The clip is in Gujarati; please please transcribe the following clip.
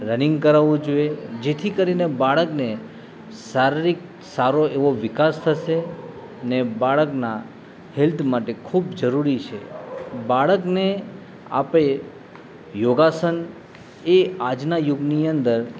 રનિંગ કરાવવું જોઈએ જેથી કરીને બાળકને શારીરિક સારો એવો વિકાસ થશે ને બાળકના હેલ્થ માટે ખૂબ જરૂરી છે બાળકને આપે યોગાસન એ આજના યુગની અંદર